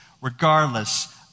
regardless